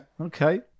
Okay